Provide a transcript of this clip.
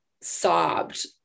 sobbed